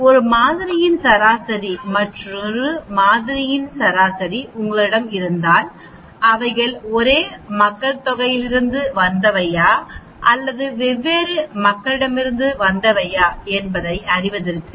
ஒரு மாதிரியின் சராசரி மற்றும் மற்றொரு மாதிரியின் சராசரி உங்களிடம் இருந்தால் அவைகள் ஒரே மக்கள்தொகையிலிருந்து வந்தவையா அல்லது அவர்கள் வெவ்வேறு மக்களிடமிருந்து வந்தவையா என்பதை அறிவதற்கு